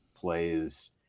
plays